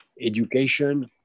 education